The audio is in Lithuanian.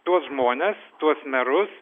tuos žmones tuos merus